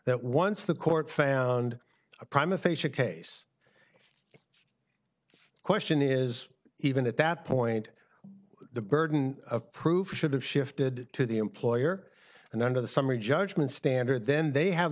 that once the court found a prime aphasia case question is even at that point the burden of proof should have shifted to the employer and under the summary judgment standard then they have